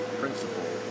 principle